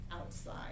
outside